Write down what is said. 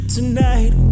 Tonight